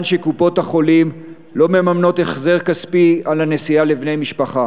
שקופות-החולים לא מממנות החזר כספי על הנסיעה לבני-משפחה